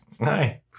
Hi